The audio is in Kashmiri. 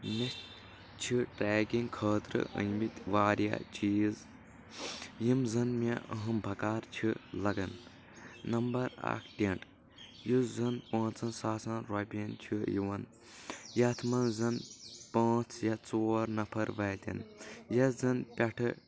مےٚ چھ ٹریکِنگ خأطرٕ أنۍ مٕتۍ واریاہ چیٖز یِم زَن مےٚ اَہم بکار چھ لگان نمبر اکھ ٹینٹ یُس زن پانٛژن ساسن رۄپین چھ یِوان یتھ منٛز زن پانٛژھ یا ژور نفر واتٮ۪ن یتھ زن پٮ۪ٹھہٕ